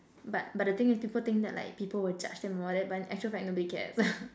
but but the thing is people think that like people will judge them and all that but in actual fact nobody cares